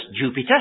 Jupiter